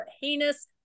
heinous